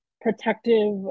protective